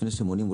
לפני שהם עונים,